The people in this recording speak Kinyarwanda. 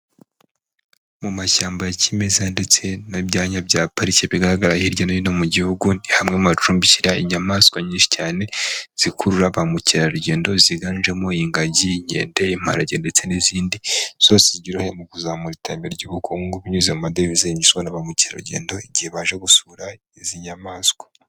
Mu mashyamba ya kimeza ndetse n'ibya bya pariki bigaragara hirya no hino mu gihugu, ni hamwe mu hacumbishyira inyamaswa nyinshi cyane, zikurura ba mukerarugendo ziganjemo ingagi, inkende, imparage ndetse n'izindi. Zose zigira uruhare mu kuzamura iterambere ry'ubukungu, binyuze mu madevizi yinjizwa na ba mukerarugendo igihe baje gusura, izi nyamaswa.